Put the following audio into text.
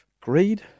greed